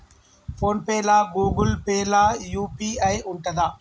Phone pay లా Google Pay లా UPI ఉంటదా?